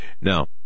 Now